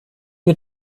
you